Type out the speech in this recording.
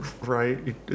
Right